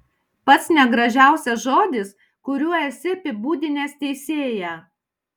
pats negražiausias žodis kuriuo esi apibūdinęs teisėją